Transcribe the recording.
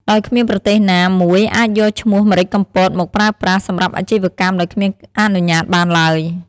ដោយគ្មានប្រទេសណាមួយអាចយកឈ្មោះម្រេចកំពតមក ប្រើប្រាស់ សម្រាប់អាជីវកម្មដោយគ្មានអនុញ្ញាតបានឡើយ។